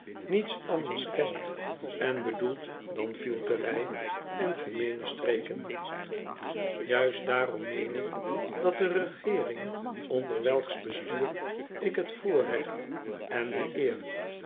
niets anders kent en bedoelt dan fielterij en gemeene streken juist daarom meen ik dat de regeering onder welks bestuur ik het voorrecht en de eer